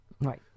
Right